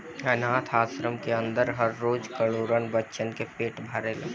आनाथ आश्रम के अन्दर हर रोज करोड़न बच्चन के पेट भराला